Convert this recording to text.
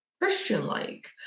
christian-like